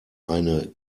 eine